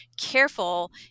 careful